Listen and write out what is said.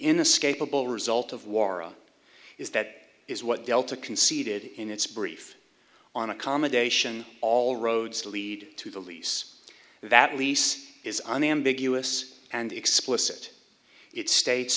skateball result of war is that is what delta conceded in its brief on accommodation all roads lead to the lease that lease is unambiguous and explicit it states